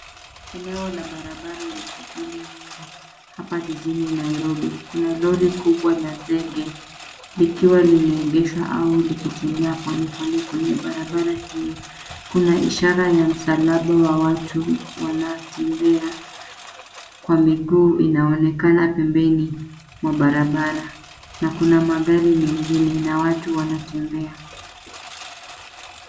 Eneo la barabara lenye shughuli nyingi hapa jijini Nairobi. Kuna lori kubwa la zege likiwa limeegeshwa au likisafiri polepole kwenye barabara hii. Kuna ishara ya msalaba ya watu wanaotembea kwa miguu inayoonekana pembeni mwa barabara, na kuna magari mengine na watu wanaotembea.